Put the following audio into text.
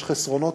יש חסרונות,